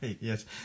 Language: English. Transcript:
yes